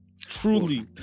truly